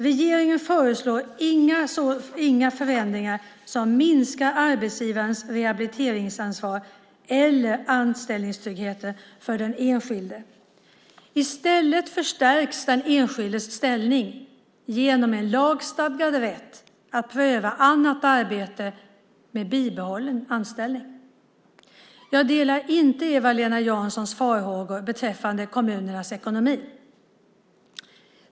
Regeringen föreslår inga förändringar som minskar arbetsgivarens rehabiliteringsansvar eller anställningstryggheten för den enskilde. I stället förstärks den enskildes ställning genom en lagstadgad rätt att pröva annat arbete med bibehållen anställning. Jag delar inte Eva-Lena Janssons farhågor beträffande kommunernas ekonomi.